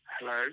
hello